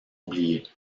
oublié